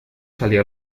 salió